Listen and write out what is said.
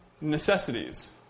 Necessities